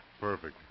Perfect